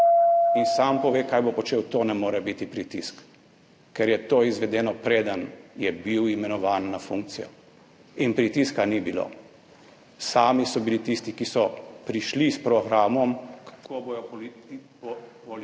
in sam pove, kaj bo počel, to ne more biti pritisk, ker je to izvedeno, preden je bil imenovan na funkcijo. In pritiska ni bilo. Sami so bili tisti, ki so prišli s programom, kako bodo policijo